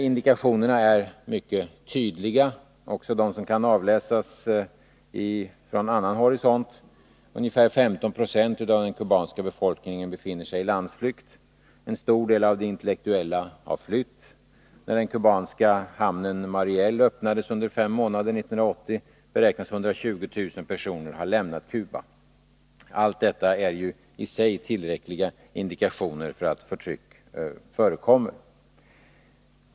Indikationerna är mycket tydliga, också de som kan avläsas från annan horisont. Ungefär 15 96 av den kubanska befolkningen befinner sig i landsflykt. En stor del av de intellektuella har flytt. När den kubanska hamnen Mariel öppnades under fem månader 1980 lämnade, enligt vad man räknar med, 120 000 människor Cuba. Allt detta är i sig tillräckliga indikationer på att förtryck förekommer.